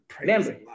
Remember